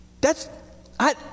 That's—I